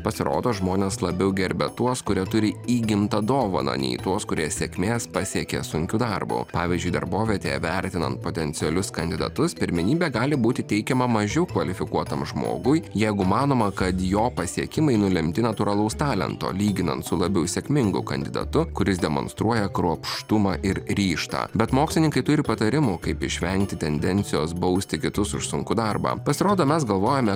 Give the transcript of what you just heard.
pasirodo žmonės labiau gerbia tuos kurie turi įgimtą dovaną nei tuos kurie sėkmės pasiekė sunkiu darbu pavyzdžiui darbovietėje vertinant potencialius kandidatus pirmenybė gali būti teikiama mažiau kvalifikuotam žmogui jeigu manoma kad jo pasiekimai nulemti natūralaus talento lyginant su labiau sėkmingu kandidatu kuris demonstruoja kruopštumą ir ryžtą bet mokslininkai turi patarimų kaip išvengti tendencijos bausti kitus už sunkų darbą pasirodo mes galvojame